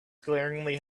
glaringly